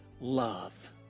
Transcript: love